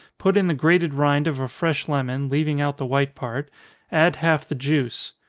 put in the grated rind of a fresh lemon, leaving out the white part add half the juice.